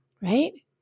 right